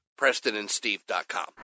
PrestonandSteve.com